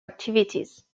activities